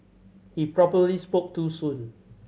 he probably spoke too soon